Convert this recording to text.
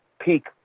peak